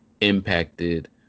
impacted